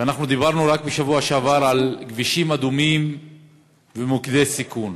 ואנחנו דיברנו רק בשבוע שעבר על כבישים אדומים ומוקדי סיכון.